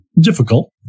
difficult